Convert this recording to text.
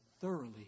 thoroughly